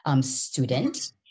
student